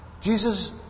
Jesus